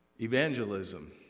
evangelism